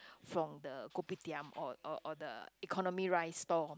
from the kopitiam or or or the economy rice stall